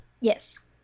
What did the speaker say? Yes